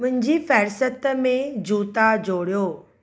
मुंहिंजी फहिरिस्त में जूता जोड़ियो